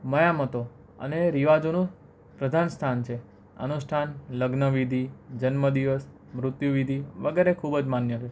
મયામતો અને રિવાજોનું પ્રધાન સ્થાન છે અનુષ્ઠાન લગ્નવિધિ જન્મદિવસ મૃત્યુવિધિ વગેરે ખૂબ માન્ય છે